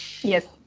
Yes